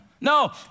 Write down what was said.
No